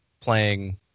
playing